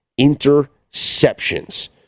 interceptions